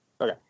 Okay